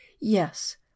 Yes